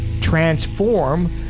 transform